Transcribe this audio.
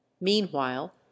meanwhile